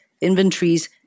inventories